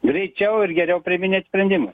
greičiau ir geriau priiminėt sprendimus